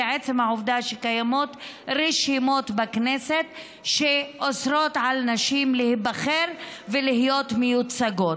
עצם העובדה שקיימות רשימות בכנסת שאוסרות על נשים להיבחר ולהיות מיוצגות.